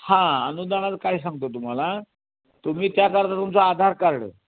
हां अनुदानाचं काय सांगतो तुम्हाला तुम्ही त्याकरता तुमचं आधार कार्ड